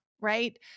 right